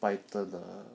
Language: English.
python ah